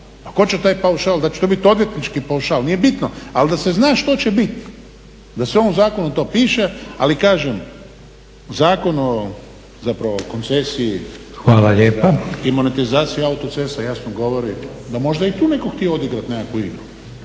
tko će taj paušal, da će to bit odvjetnički paušal, nije bitno, ali da se zna što će biti, da u ovom zakonu to piše. Ali kažem, Zakon o zapravo koncesiji i monetizaciji autocesta jasno govori da je možda i tu netko htio odigrat nekakvu igru.